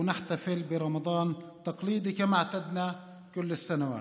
ונחגוג רמדאן מסורתי כהרגלנו בכל השנים.)